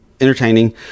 entertaining